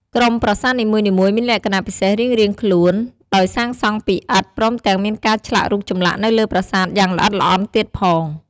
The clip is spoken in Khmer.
ក្រុមប្រាសាទនីមួយៗមានលក្ខណៈពិសេសរៀងៗខ្លួនដោយសាងសង់ពីឥដ្ឋ ព្រមទាំងមានការឆ្លាក់រូបចម្លាក់នៅលើប្រាសាទយ៉ាងល្អិតល្អន់ទៀតផង។